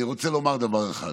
אני רוצה לומר דבר אחד: